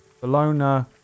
Bologna